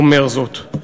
אומר זאת.